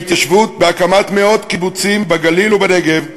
בהתיישבות, בהקמת מאות קיבוצים בגליל ובנגב,